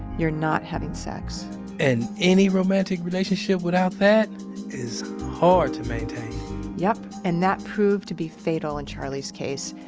you're not having sex and any romantic relationship without that is hard to maintain yep, and that proved to be fatal in charlie's case,